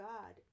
God